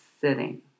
sitting